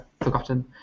forgotten